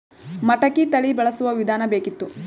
ಮಟಕಿ ತಳಿ ಬಳಸುವ ವಿಧಾನ ಬೇಕಿತ್ತು?